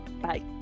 Bye